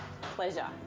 pleasure